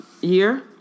year